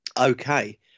Okay